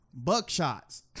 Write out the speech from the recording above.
Buckshots